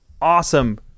awesome